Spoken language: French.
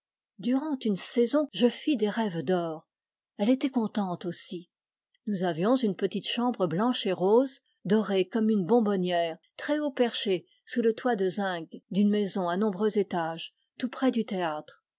une saison je fis des rêves d'or elle était contente aussi nous avions une petite chambre blanche et rose dorée comme une bonbonnière très haut perchée sous le toit de zinc d'une maison à nombreux étages tout près du théâtre